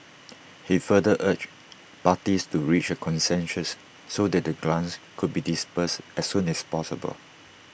he further urged parties to reach A consensus so that the grants could be disbursed as soon as possible